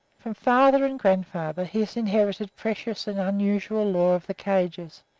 from father and grandfather he has inherited precious and unusual lore of the cages.